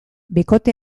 bikote